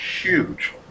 huge